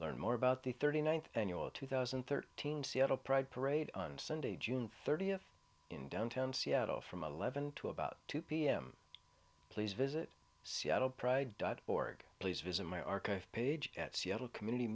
learn more about the thirty ninth annual two thousand and thirteen seattle pride parade on sunday june thirtieth in downtown seattle from eleven to about two pm please visit seattle pride dot org please visit my archive page at seattle community